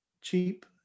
Cheap